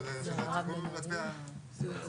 סוכם.